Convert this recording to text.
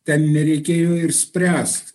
ten nereikėjo ir spręst